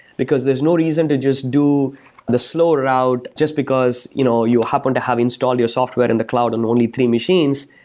because there's no reason to just do the slow route just because you know you happen to have installed your software in the cloud on and only three machines.